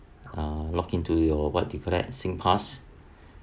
uh log into your what you call that SingPass